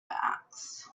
backs